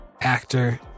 actor